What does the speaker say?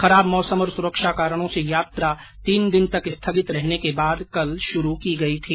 खराब मौसम और सुरक्षा कारणों से यात्रा तीन दिन तक स्थगित रहने के बाद कल शुरू की गई थी